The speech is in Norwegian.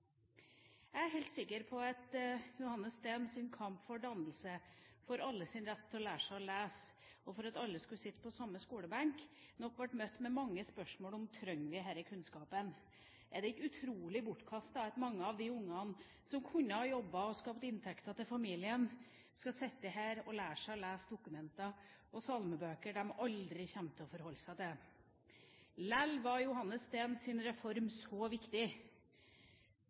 Jeg er helt sikker på at Johannes Steens kamp for dannelse, for alles rett til å lære seg å lese, og for at alle skulle sitte på samme skolebenk, nok ble møtt med mange spørsmål om man trengte denne kunnskapen. Er det ikke utrolig bortkastet at mange av de barna som kunne ha jobbet og skaffet inntekter til familien, skal sitte her og lære seg å lese dokumenter og salmebøker de aldri kommer til å forholde seg til? Lell var Johannes Steens reform så viktig.